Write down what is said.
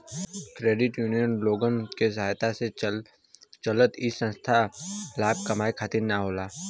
credit union लोगन के सहयोग से चलला इ संस्था लाभ कमाये खातिर न होला